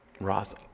Ross